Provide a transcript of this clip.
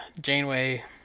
Janeway